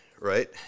right